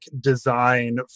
design